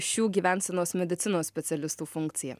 šių gyvensenos medicinos specialistų funkcija